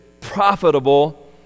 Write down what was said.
profitable